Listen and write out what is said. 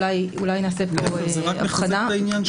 אולי נעשה פה הבחנה,